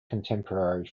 contemporary